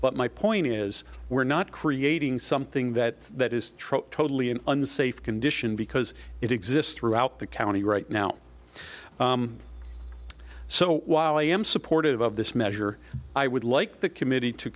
but my point is we're not creating something that that is true totally an unsafe condition because it exists throughout the county right now so while i am supportive of this measure i would like the committee to